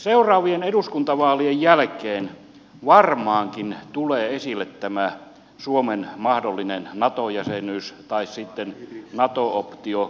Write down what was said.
seuraavien eduskuntavaalien jälkeen varmaankin tulee esille tämä suomen mahdollinen nato jäsenyys tai sitten nato optio